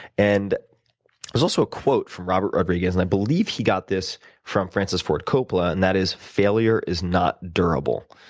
and there's also a quote from robert rodriguez, and i believe he got this from francis ford coppola, and that is, failure is not durable.